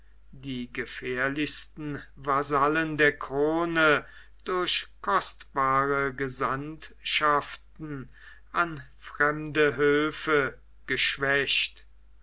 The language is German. die gefährlichsten vasallen der krone durch kostbare gesandtschaften an fremde höfe geschwächt